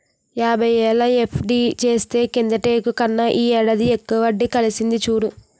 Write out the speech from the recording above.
యాబైవేలు ఎఫ్.డి చేస్తే కిందటేడు కన్నా ఈ ఏడాది ఎక్కువ వడ్డి కలిసింది చూడు